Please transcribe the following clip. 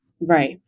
Right